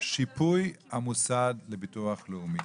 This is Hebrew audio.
שיפוי המוסד לביטוח לאומי.